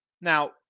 Now